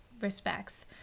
respects